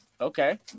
Okay